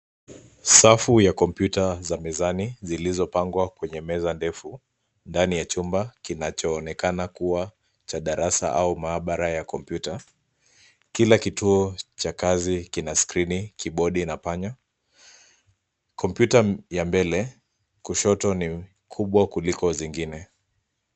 Safu ya kompyuta za mezani, zilizopangwa kwenye meza ndefu ndani ya chumba kinachoonekana kua cha darasa au maabara ya kompyuta. Kila kituo cha kazi kina skirini, kibodi, na panya. Kompyuta ya mbele kushoto ni kubwa kuliko zingine.